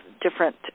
different